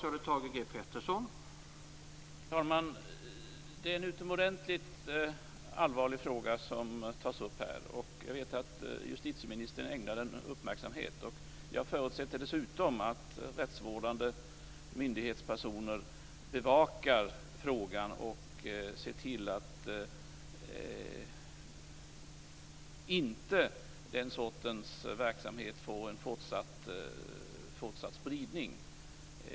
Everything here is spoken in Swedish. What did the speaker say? Herr talman! Det är en utomordentligt allvarlig fråga som här tas upp. Jag vet att justitieministern ägnar frågan uppmärksamhet. Dessutom förutsätter jag att rättsvårdande myndighetspersoner bevakar frågan och ser till att den här sortens verksamhet inte får fortsatt spridning.